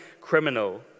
criminal